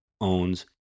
owns